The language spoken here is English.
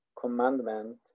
commandment